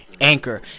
Anchor